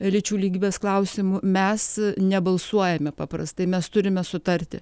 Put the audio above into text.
lyčių lygybės klausimu mes nebalsuojame paprastai mes turime sutarti